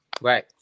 Right